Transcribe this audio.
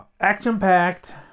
Action-packed